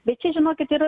bet čia žinokit yra